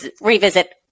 revisit